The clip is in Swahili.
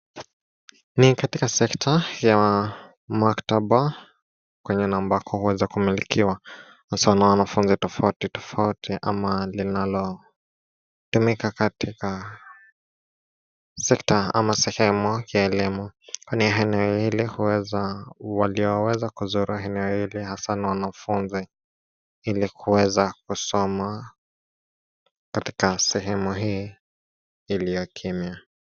Ni katika sekta ya maktaba kwenye eneo ambako huweza kumilikiwa haswa nawanafunzi tofauti ana linalotumika katika sekta au sehemu ya ualimu. Walioweza kuzuru eneo hili hasa ni wanafunzi ili kuweza kusoma katika sehemu hii iliyokimya.